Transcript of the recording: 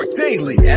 daily